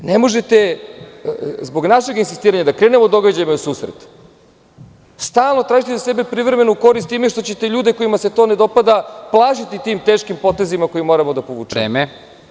Ne možete, zbog našeg insistiranja da krenemo događajima u susret, stalno tražiti za sebe privremenu korist time što ćete ljude kojima se to ne dopada plašiti tim teškim potezima koje moramo da povučemo.